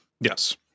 Yes